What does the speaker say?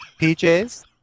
PJs